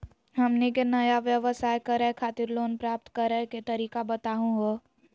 हमनी के नया व्यवसाय करै खातिर लोन प्राप्त करै के तरीका बताहु हो?